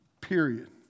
period